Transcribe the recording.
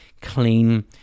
clean